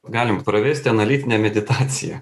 galim pravesti analitinę meditaciją